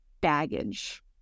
baggage